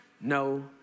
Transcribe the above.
no